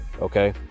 Okay